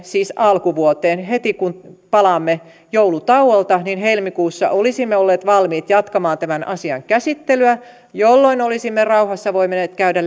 siis alkuvuoteen heti kun palaamme joulutauolta helmikuussa olisimme olleet valmiit jatkamaan tämän asian käsittelyä jolloin olisimme rauhassa voineet käydä